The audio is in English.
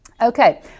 Okay